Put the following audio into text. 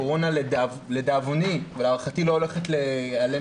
הקורונה לדאבוני ולהערכתי לא הולכת להיעלם